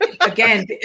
Again